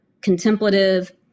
contemplative